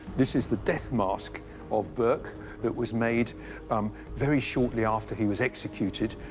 this is the death mask of burke that was made um very shortly after he was executed.